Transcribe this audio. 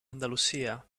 andalusia